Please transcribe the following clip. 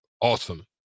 awesome